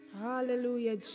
Hallelujah